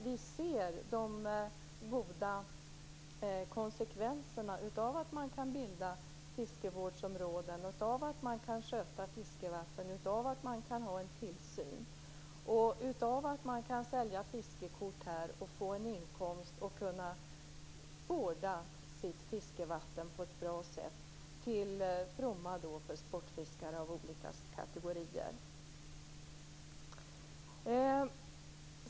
Vi ser de goda konsekvenserna av att man kan bilda fiskevårdsområden, sköta fiskevatten, ha en tillsyn, sälja fiskekort och få en inkomst och vårda sitt fiskevatten på ett bra sätt till fromma för sportfiskare av olika kategorier.